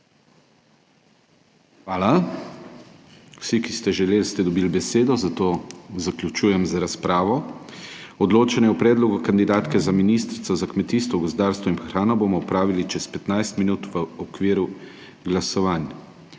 Hvala. Vsi, ki ste želeli, ste dobili besedo, zato zaključujem z razpravo. Odločanje o predlogu kandidatke za ministrico za kmetijstvo, gozdarstvo in prehrano bomo opravili čez 15 min v okviru glasovanj.